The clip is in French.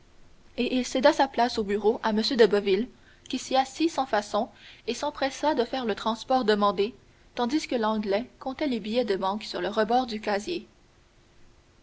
il céda sa place au bureau à m de boville qui s'y assit sans façon et s'empressa de faire le transport demandé tandis que l'anglais comptait les billets de banque sur le rebord du casier